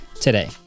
today